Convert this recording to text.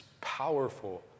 powerful